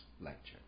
lecture